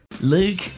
Luke